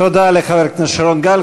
תודה לחבר הכנסת שרון גל.